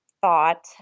Thought